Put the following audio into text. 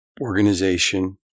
organization